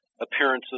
appearances